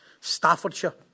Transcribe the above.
Staffordshire